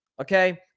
Okay